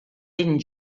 ben